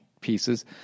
pieces